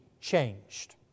changed